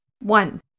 One